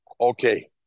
okay